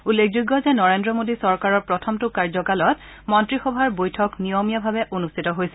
উল্লেখযোগ্য যে নৰেন্দ্ৰ মোডী চৰকাৰৰ প্ৰথমটো কাৰ্যকালত মন্ত্ৰীসভাৰ বৈঠক নিয়মীয়াভাৱে অনুষ্ঠিত হৈছিল